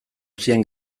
zien